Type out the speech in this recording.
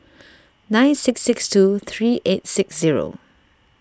nine six six two three eight six zero